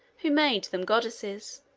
who made them goddesses.